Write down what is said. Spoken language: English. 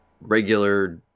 regular